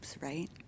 right